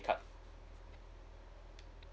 card